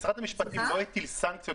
משרד המשפטים לא הטיל סנקציות?